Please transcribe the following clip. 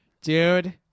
Dude